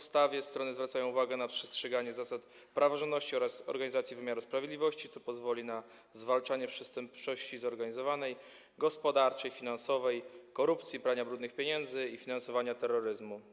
Strony zwracają uwagę na przestrzeganie zasad praworządności oraz organizację wymiaru sprawiedliwości, co pozwoli na zwalczanie przestępczości zorganizowanej, gospodarczej, finansowej, korupcji, prania brudnych pieniędzy i finansowania terroryzmu.